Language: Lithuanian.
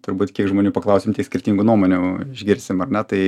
turbūt kiek žmonių paklausim tiek skirtingų nuomonių išgirsim ar ne tai